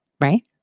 right